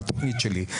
התוכנית שלי.